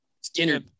Skinner